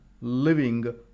living